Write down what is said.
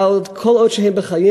אבל כל עוד הם בחיים,